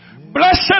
blessed